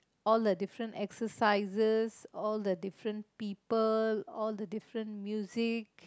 all the different exercises all the different people all the different music